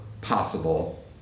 possible